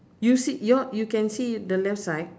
you see your you can see the left side